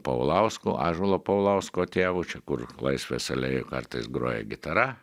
paulausku ąžuolo paulausko tėvu čia kur laisvės alėjoj kartais groja gitara